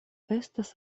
estas